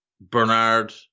Bernard